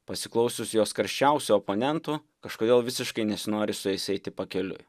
pasiklausius jos karščiausių oponentų kažkodėl visiškai nesinori su jais eiti pakeliui